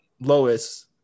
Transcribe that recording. lois